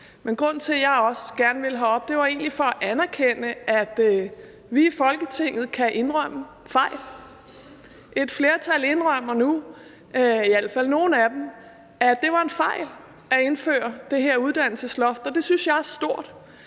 grund til, at jeg også gerne ville herop, er egentlig, at jeg gerne vil anerkende, at vi i Folketinget kan indrømme fejl. Et flertal indrømmer nu – i hvert fald en del af det – at det var en fejl at indføre det her uddannelsesloft, og det synes jeg er stort.